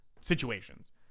situations